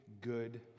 good